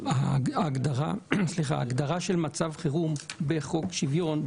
ההגדרה של מצב חירום בחוק שוויון,